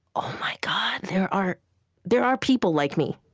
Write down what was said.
oh, my god. there are there are people like me.